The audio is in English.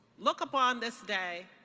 look upon this day